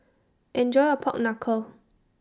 Enjoy your Pork Knuckle